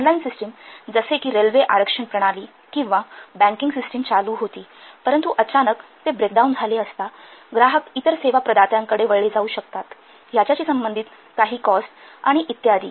online system जसे की railway आरक्षण प्रणाली किंवा बँकिंग सिस्टम चालू होती परंतु अचानक ते ब्रेकडाउन झाले असता ग्राहक इतर सेवा प्रदात्यांकडे वळले जाऊ शकते ह्याच्याशी संबंधित काही कॉस्ट आणि इत्यादी